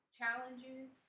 challenges